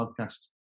podcast